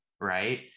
Right